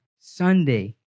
Sunday